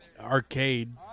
arcade